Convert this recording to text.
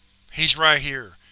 he's right here.